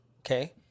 Okay